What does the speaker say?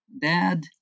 Dad